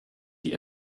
die